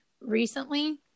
recently